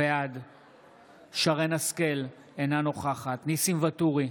בעד שרן מרים השכל, אינה נוכחת ניסים ואטורי,